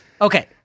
Okay